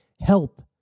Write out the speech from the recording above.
Help